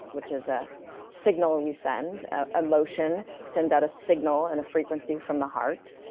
which is a signal we send emotion sends out a signal and a frequency from the heart.